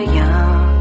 young